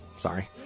Sorry